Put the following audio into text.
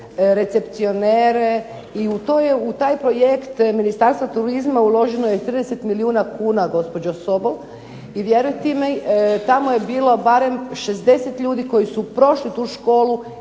recepcionere i u taj projekt Ministarstva turizma uloženo je 30 milijuna kuna gospođo Sobol i vjerujte mi tamo je bilo barem 60 ljudi koji su prošli tu školu.